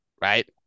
right